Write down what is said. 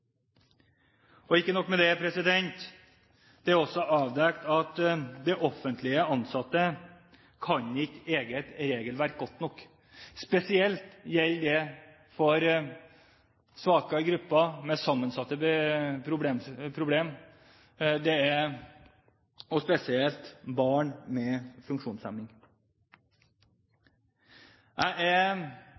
hjelp. Ikke nok med det, det er også avdekket at offentlig ansatte ikke kan eget regelverk godt nok. Spesielt gjelder dette for svakere grupper med sammensatte problemer, spesielt barn med funksjonshemninger. Jeg er